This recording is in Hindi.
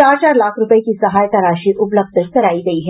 चार चार लाख रूपये की सहायता राशि उपलब्ध कराई गई है